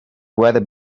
weather